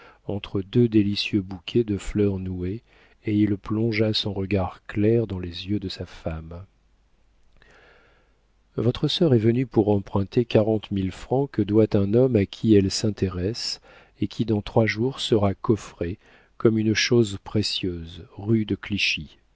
entre deux délicieux bouquets de fleurs nouées et il plongea son regard clair dans les yeux de sa femme votre sœur est venue pour emprunter quarante mille francs que doit un homme à qui elle s'intéresse et qui dans trois jours sera coffré comme une chose précieuse rue de clichy